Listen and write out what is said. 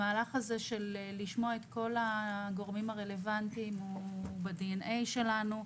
המהלך הזה של שמיעת כל הגורמים הרלוונטיים הוא ב-DNA שלנו.